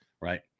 right